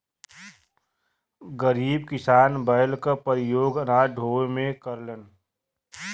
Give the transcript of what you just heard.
गरीब किसान बैल क परियोग अनाज ढोवे में करलन